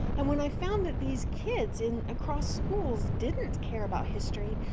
and when i found that these kids and across schools didn't care about history,